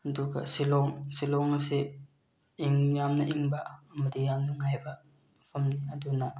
ꯑꯗꯨꯒ ꯁꯤꯂꯣꯡ ꯁꯤꯂꯣꯡ ꯑꯁꯤ ꯌꯥꯝꯅ ꯏꯪꯕ ꯑꯃꯗꯤ ꯌꯥꯝ ꯅꯨꯡꯉꯥꯏꯕ ꯃꯐꯝꯅꯤ ꯑꯗꯨꯅ